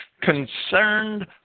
concerned